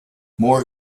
more